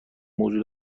موضوع